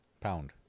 pound